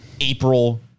April